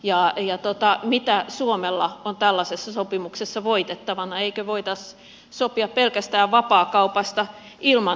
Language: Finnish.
ja mitä suomella on tällaisessa sopimuksessa voitettavana eikö voitaisi sopia pelkästään vapaakaupasta ilman investointisuojaa